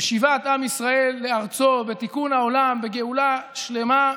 ושיבת עם ישראל לארצו ותיקון העולם בגאולה שלמה.